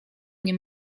nie